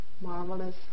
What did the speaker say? marvelous